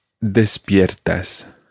despiertas